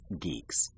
geeks